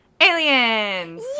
aliens